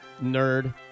Nerd